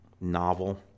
novel